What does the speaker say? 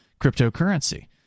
cryptocurrency